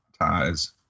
ties